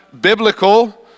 biblical